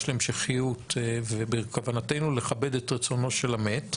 להמשכיות ובכוונתנו לכבד את רצונו של המת,